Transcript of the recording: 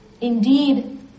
indeed